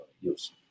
use